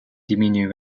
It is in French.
diminue